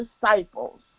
disciples